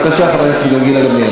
בבקשה, חברת הכנסת גילה גמליאל.